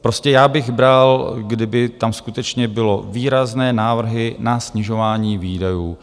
Prostě já bych bral, kdyby tam skutečně byly výrazné návrhy na snižování výdajů.